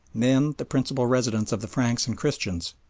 then the principal residence of the franks and christians,